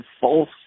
false